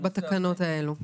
בתקנות האלה.